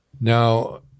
Now